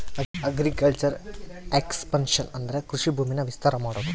agriculture expansion ಅಂದ್ರೆ ಕೃಷಿ ಭೂಮಿನ ವಿಸ್ತಾರ ಮಾಡೋದು